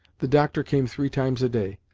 the doctor came three times a day,